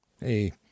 Hey